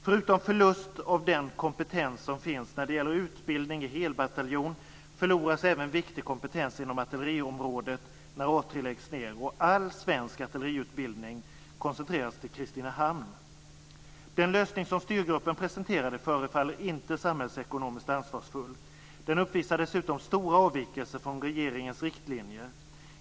Förutom förlust av den kompetens som finns när det gäller utbildning i helbataljon förloras även viktig kompetens inom artilleriområdet när Den lösning som styrgruppen presenterade förefaller inte samhällsekonomiskt ansvarsfull - den uppvisar dessutom stora avvikelser från regeringens riktlinjer.